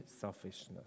selfishness